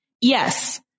Yes